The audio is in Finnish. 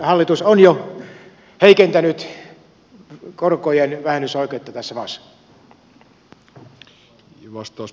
hallitus on jo heikentänyt korkojen vähennysoikeutta tässä maassa